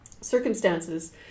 circumstances